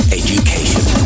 education